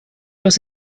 los